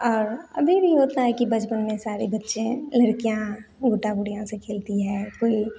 और अभी भी होता है कि बचपन में सारे बच्चें लड़कियाँ गुड्डा गुड़ियाँ से खेलती है कोई